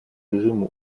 режиму